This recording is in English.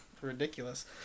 ridiculous